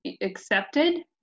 accepted